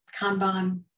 Kanban